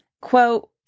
Quote